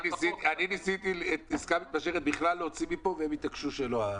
אני ניסיתי בכלל להוציא פה את העסקה המתמשכת והם התעקשו שלא,